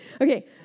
Okay